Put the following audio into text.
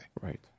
Right